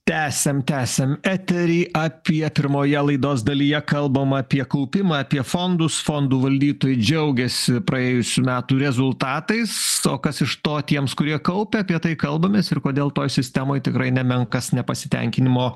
tęsiam tęsiam etery apie pirmoje laidos dalyje kalbam apie kaupimą apie fondus fondų valdytojai džiaugiasi praėjusių metų rezultatais o kas iš to tiems kurie kaupia apie tai kalbamės ir kodėl toj sistemoj tikrai nemenkas nepasitenkinimo